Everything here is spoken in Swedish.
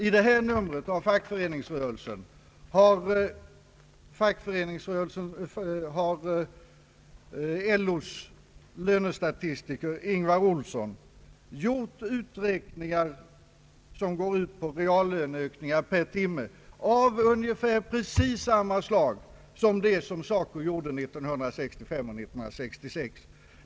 I tidningen Fackföreningsrörelsen, i samma nummer som jag redan citerat har LO:s lönestatistiker Ingvar Olsson gjort uträkningar som handlar om reallöner per timme på ungefär samma sätt som SACO gjorde 1965 och 1966.